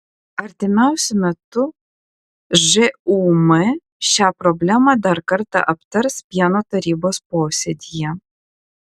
artimiausiu metu žūm šią problemą dar kartą aptars pieno tarybos posėdyje